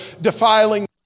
defiling